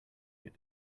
get